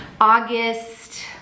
august